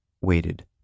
waited